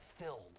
filled